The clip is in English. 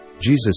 jesus